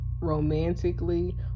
romantically